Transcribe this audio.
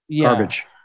Garbage